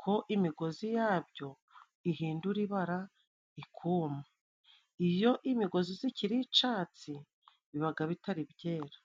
ko imigozi yabyo ihindura ibara ikuma. Iyo imigozi zikiri icatsi bibaga bitari byera.